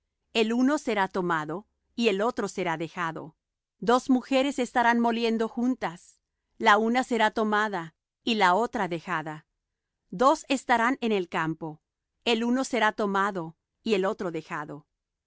el uno será tomado y el otro será dejado dos mujeres estarán moliendo juntas la una será tomada y la otra dejada dos estarán en el campo el uno será tomado y el otro dejado